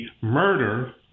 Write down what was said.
murder